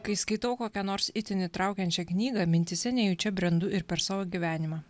kai skaitau kokią nors itin įtraukiančią knygą mintyse nejučia brendu ir per savo gyvenimą